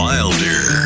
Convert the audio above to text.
Wilder